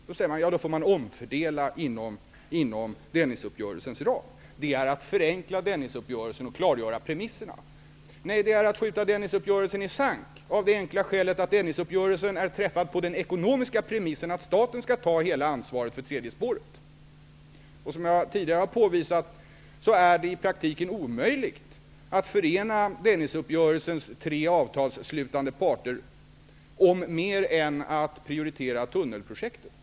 Då säger han att man får omfördela inom Dennisuppgörelsens ram och att det är att förenkla Dennisuppgörelsen och klargöra premisserna. Nej, det är att skjuta Dennisuppgörelsen i sank av det enkla skälet att Dennisuppgörelsen är träffad på den ekonomiska premissen att staten skall ta hela ansvaret för det tredje spåret. Som jag tidigare har påvisat är det i praktiken omöjligt att förena Dennisuppgörelsens tre avtalsslutande parter om mer än att prioritera tunnelprojektet.